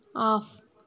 off